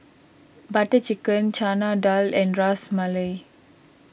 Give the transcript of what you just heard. Butter Chicken Chana Dal and Ras Malai